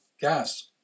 gas